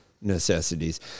necessities